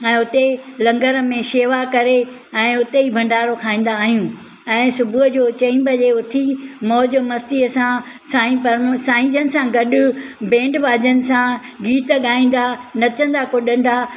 ऐं उते लंगर में शेवा करे ऐं उते ई भंडारो खाईंदा आहियूं ऐं सुबुह जो चई बजे उथी मौज मस्तीअ सां साईं साईं जनि सां गॾु बैंड बाजनि सां गीत गाईंदा नचंदा कुॾंदा